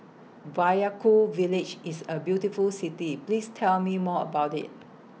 Vaiaku Village IS A beautiful City Please Tell Me More about IT